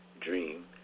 dream